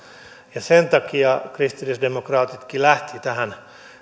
tilan sen takia kristillisdemokraatitkin lähtivät tähän